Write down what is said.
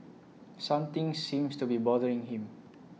something seems to be bothering him